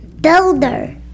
builder